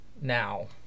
Now